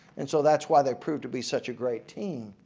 and so that's why they proved to be such a great team.